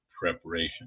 preparation